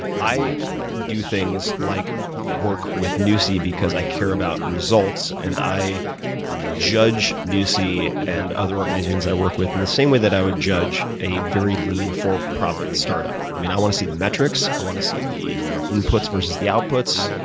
i do things like work with nusi because i care about results, and i judge nusi and other organizations i work with in the same way that i would judge a very lean, for profit startup. i mean, i want to see the metrics. i want to see the inputs versus the outputs,